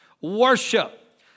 worship